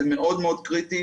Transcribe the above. זה מאוד מאוד קריטי.